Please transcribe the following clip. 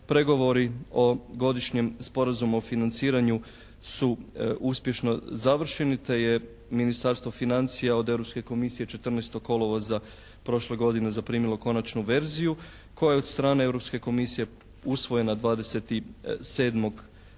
Pregovori o Godišnjem sporazumu o financiranju su uspješno završeni te je Ministarstvo financija od Europske komisije 14. kolovoza prošle godine zaprimilo konačnu verziju koja je od strane Europske komisije usvojena 27. srpnja